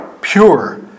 pure